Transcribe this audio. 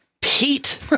Pete